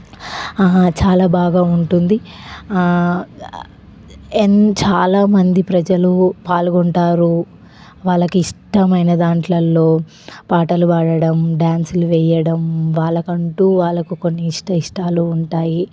చాలా బాగా ఉంటుంది ఎన్ చాలామంది ప్రజలు పాల్గొంటారు వాళ్ళకి ఇష్టమైన దాంట్లో పాటలు పాడడం డాన్సులు వేయడం వాళ్ళకంటు వాళ్ళకు కొన్ని ఇష్ట ఇష్టాలు ఉంటాయి